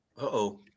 Uh-oh